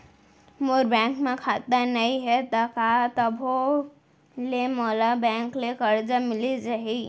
मोर bank म खाता नई हे त का तभो ले मोला बैंक ले करजा मिलिस जाही?